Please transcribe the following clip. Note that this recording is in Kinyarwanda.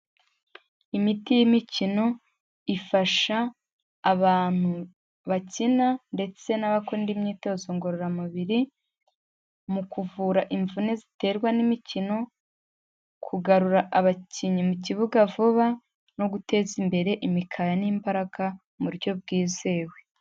Imiti y'imikino ifasha abantu bakina ndetse n'abakunda imyitozo ngororamubiri mu kuvura imvune ziterwa n'imikino, kugarura abakinnyi mu kibuga vuba no guteza imbere imikaya n'imbaraga mu buryo bwizewe.